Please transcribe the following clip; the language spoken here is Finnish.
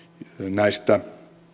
näistä